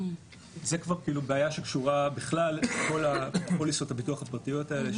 זאת כבר בעיה שקשורה בכלל לכל הפוליסות של הביטוח הפרטיות האלה,